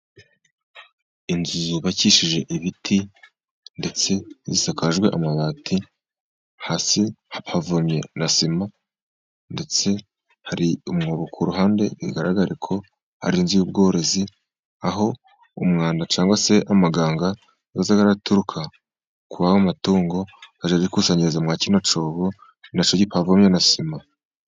Inzu ubakishije ibiti ndetse isakajwe amabati. Hasi hapavomye na sima, ndetse hari umwobo ku ruhande bigaragara ko hari inzu y'ubworozi, aho umwanda cyangwa se amaganga ajya araturuka, kuri ayo matungo akazajya yikusanyiriza muri kino cyobo na cyo gipavomye na sima.